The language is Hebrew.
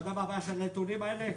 אתה יודע מה הבעיה של הנתונים האלה?